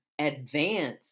advance